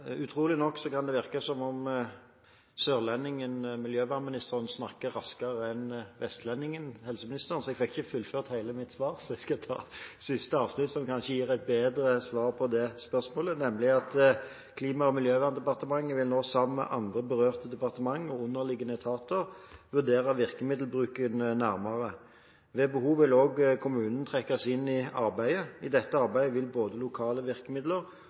virke som om sørlendingen miljøvernministeren snakker raskere enn vestlendingen helseministeren, så jeg fikk ikke fullført hele mitt svar. Jeg skal derfor lese siste avsnitt som kanskje gir et bedre svar på det spørsmålet: Klima- og miljødepartementet vil nå sammen med andre berørte departementer og underliggende etater vurdere virkemiddelbruken nærmere. Ved behov vil òg kommunene trekkes inn i arbeidet. I dette arbeidet vil både lokale virkemidler